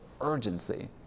urgency